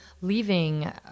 leaving